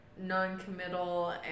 non-committal